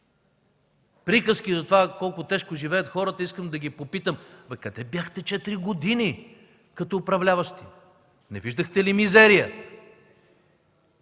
приказки за това колко тежко живеят хората, искам да ги попитам: Къде бяхте четири години като управляващи? Не виждахте ли мизерията?